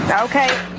Okay